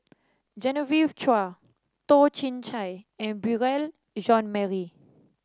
Genevieve Chua Toh Chin Chye and Beurel Jean Marie